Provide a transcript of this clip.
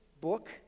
book